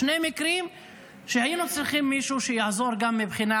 שני מקרים שהיינו צריכים מישהו שיעזור גם מבחינה